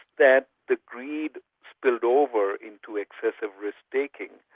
that the greed spilt over into excessive risk-taking.